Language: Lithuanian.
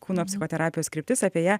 kūno psichoterapijos kryptis apie ją